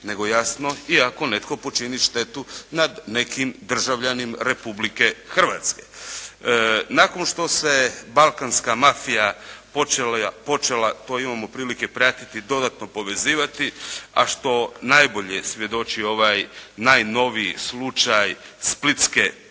nego jasno i ako netko počini štetu nad nekim državljaninom Republike Hrvatske. Nakon što se balkanska mafija počela, to imamo prilike pratiti, dodatno povezivati, a što najbolje svjedoči ovaj najnoviji slučaj splitske